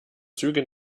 züge